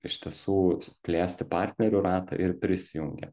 iš tiesų plėsti partnerių ratą ir prisijungia